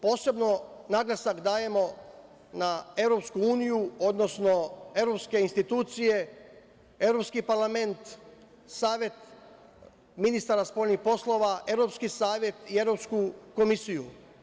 Posebno naglasak dajemo na EU, odnosno evropske institucije, Evropski parlament, Savet ministara spoljnih poslova, Evropski savet i Evropsku komisiju.